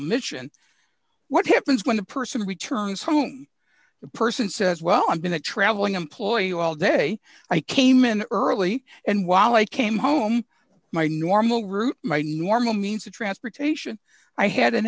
mission what happens when the person returns home the person says well i've been a traveling employee all day i came in early and while i came home my normal route my normal means of transportation i had an